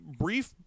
brief